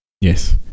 Yes